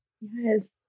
Yes